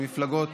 למפלגות